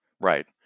right